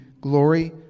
glory